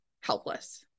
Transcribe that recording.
helpless